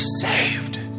saved